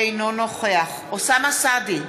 אינו נוכח אוסאמה סעדי,